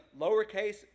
lowercase